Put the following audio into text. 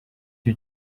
cyo